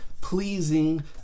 pleasing